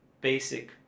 basic